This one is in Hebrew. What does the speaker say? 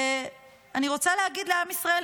ואני רוצה להגיד לעם ישראל,